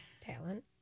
talent